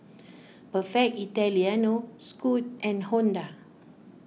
Perfect Italiano Scoot and Honda